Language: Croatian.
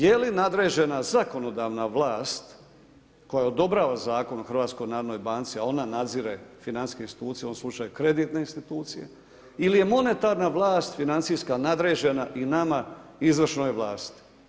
Je li nadređena zakonodavna vlast koja odobrava zakon Hrvatskoj narodnoj banci, a ona nadzire financijske institucije, a u ovom slučaju kreditne institucije ili je monetarna vlast financijska nadređena i nama izvršnoj vlasti?